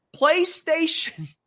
PlayStation